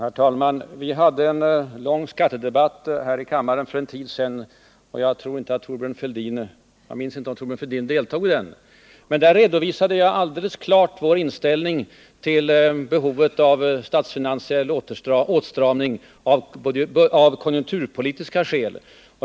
"Herr talman! Vi hade en lång skattedebatt här i kammaren för en tid sedan. Jag minns inte om Thorbjörn Fälldin deltog i den. Men där redovisade jag alldeles klart vår inställning till behovet av statsfinansiell åtstramning av konjunkturpolitiska skäl.